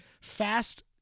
Fast